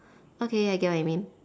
okay I get what you mean